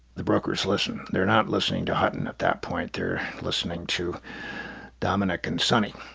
the brokers listen. they're not listening to hutton at that point. they're listening to dominic and sonny